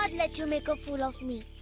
like let you make a fool of me.